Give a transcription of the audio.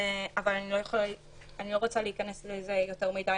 אבל אני לא רוצה להיכנס לזה יותר מדי,